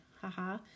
haha